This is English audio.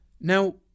Now